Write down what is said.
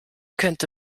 könnte